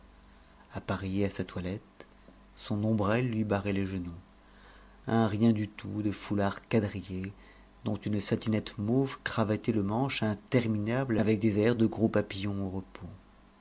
appareillée à sa toilette son ombrelle lui barrait les genoux un rien du tout de foulard quadrillé dont une satinette mauve cravatait le manche interminable avec des airs de gros papillon au repos